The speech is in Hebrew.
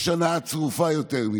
אין הנאה צרופה יותר מזה.